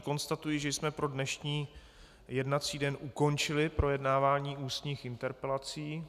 Konstatuji, že tím jsme pro dnešní jednací den ukončili projednávání ústních interpelací.